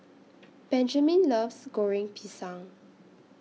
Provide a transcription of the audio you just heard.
Benjamin loves Goreng Pisang